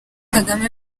kagame